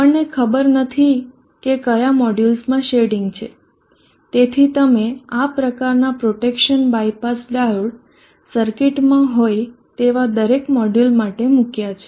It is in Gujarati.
આપણને ખબર નથી કે કયા મોડ્યુલ્સ માં શેડિંગ છે તેથી તમે આ પ્રકારનાં પ્રોટેક્શન બાયપાસ ડાયોડ સર્કિટમાં હોય તેવા દરેક મોડ્યુલ માટે મૂક્યા છે